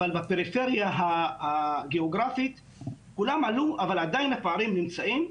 אבל בפריפריה הגיאוגרפית כולם עלו אבל עדיין הפערים נמצאים,